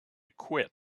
quit